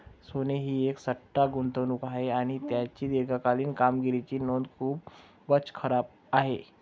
सोने ही एक सट्टा गुंतवणूक आहे आणि त्याची दीर्घकालीन कामगिरीची नोंद खूपच खराब आहे